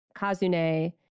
Kazune